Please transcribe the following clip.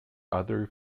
other